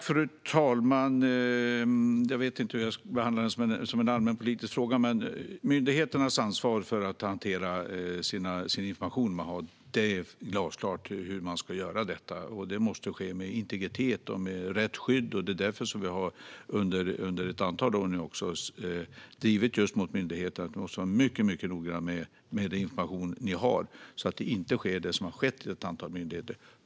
Fru talman! Jag vet inte hur jag ska behandla detta som en allmänpolitisk fråga. Myndigheternas ansvar för att hantera sin information är glasklart. Detta måste ske med integritet och rätt skydd, och därför har vi under ett antal år gentemot myndigheterna drivit att de måste vara mycket noggranna med den information de har så att det som har skett vid ett antal myndigheter inte upprepas.